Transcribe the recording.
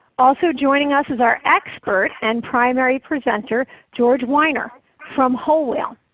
also joining us as our expert and primary presenter george weiner from whole whale.